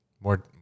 More